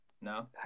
No